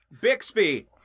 Bixby